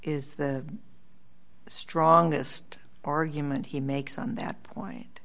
is the strongest argument he makes on that point